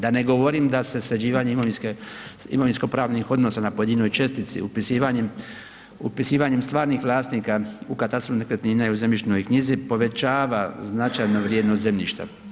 Da ne govorim da se sređivanjem imovinsko-pravnih odnosa na pojedinoj čestici, upisivanjem stvarnih vlasnika u katastru nekretnina i u zemljišnoj knjizi povećava značajno vrijednost zemljišta.